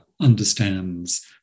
understands